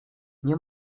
nie